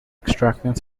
extracting